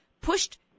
pushed